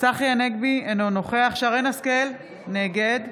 צחי הנגבי, אינו נוכח שרן מרים השכל, נגד